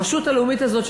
הרשות הלאומית הזאת,